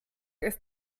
ist